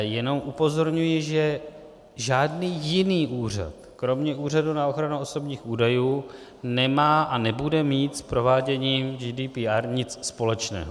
Jenom upozorňuji, že žádný jiný úřad kromě Úřadu pro ochranu osobních údajů nemá a nebude mít s prováděním GDPR nic společného.